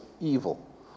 evil